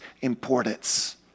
importance